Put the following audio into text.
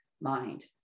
mind